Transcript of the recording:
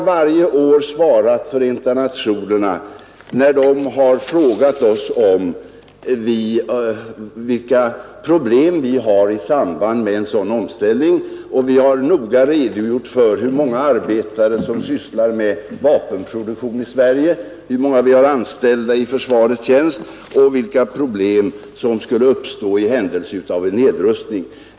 När Förenta nationerna frågat oss om våra problem i samband med en sådan omställning, har vi varje år noggrant redogjort för hur många arbetare som sysslar med vapenproduktion, hur många vi har anställda i försvarets tjänst och vilka problem som skulle uppstå i händelse av en nedrustning.